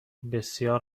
بسیار